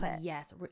yes